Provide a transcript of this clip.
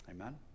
Amen